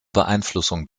beeinflussung